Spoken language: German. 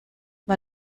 war